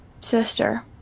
sister